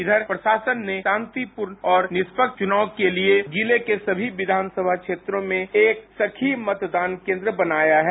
इधर प्रशासन ने शांतिपूर्ण और निष्पक्ष मतदान के लिए जिले के सभी विधानसभा क्षेत्रों में एक एक सखी मतदान केंद्र बनाया है